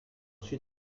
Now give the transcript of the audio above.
sud